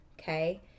okay